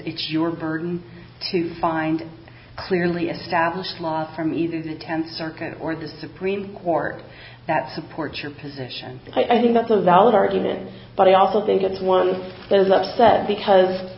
it's your burden to find clearly established law from either the tenth circuit or the supreme court that supports your position i think that's a valid argument but i also think it's one of those upset because